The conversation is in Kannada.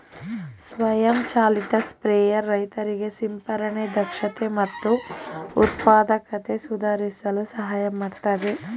ಸ್ವಯಂ ಚಾಲಿತ ಸ್ಪ್ರೇಯರ್ ರೈತರಿಗೆ ಸಿಂಪರಣೆ ದಕ್ಷತೆ ಮತ್ತು ಉತ್ಪಾದಕತೆ ಸುಧಾರಿಸಲು ಸಹಾಯ ಮಾಡ್ತದೆ